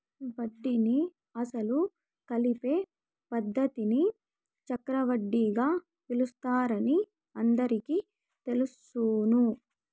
వడ్డీని అసలు కలిపే పద్ధతిని చక్రవడ్డీగా పిలుస్తారని అందరికీ తెలుసును